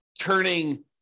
turning